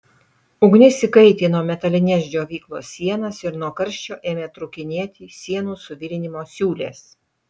ugnis įkaitino metalines džiovyklos sienas ir nuo karščio ėmė trūkinėti sienų suvirinimo siūlės